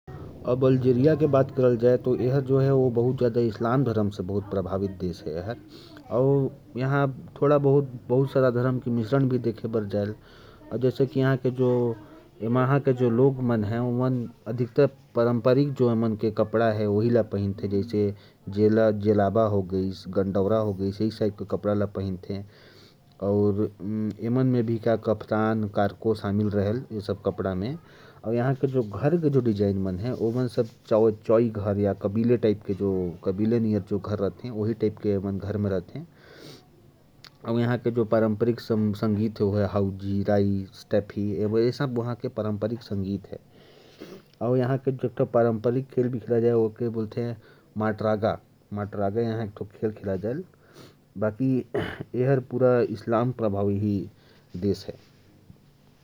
अल्जीरिया इस्लाम धर्म से बहुत प्रभावित देश है। यहां के लोग भी पारंपरिक वस्त्रों में रहते हैं, जैसे जेलबा और गंडवा। और यहां के घरों का डिजाइन कबीले के अनुसार होता है। यहां का पारंपरिक संगीत राई है, और पारंपरिक खेल मात्रगा है।